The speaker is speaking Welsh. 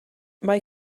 mae